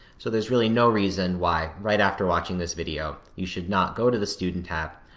so there's really no reason why, right after watching this video, you should not go to the student tab,